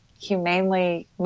humanely